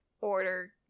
order